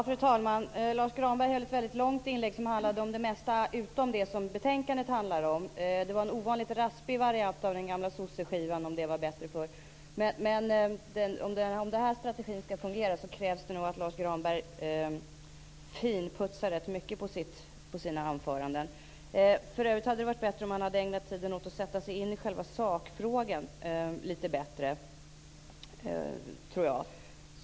Fru talman! Lars Granberg höll ett väldigt långt inlägg som handlade om det mesta utom det som betänkandet handlar om. Det var en ovanligt raspig variant av den gamla sosseskivan om att det var bättre förr. Men om den här strategin skall fungera krävs det nog att Lars Granberg finputsar sina anföranden rätt mycket. För övrigt hade det varit bra om han ägnat tiden åt att sätta sig in i själva sakfrågan litet bättre.